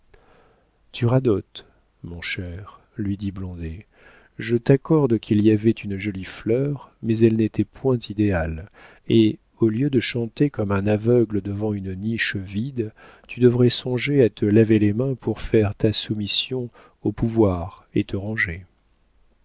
tu radotes mon cher lui dit blondet je t'accorde qu'il y avait une jolie fleur mais elle n'était point idéale et au lieu de chanter comme un aveugle devant une niche vide tu devrais songer à te laver les mains pour faire ta soumission au pouvoir et te ranger